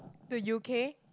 to U_K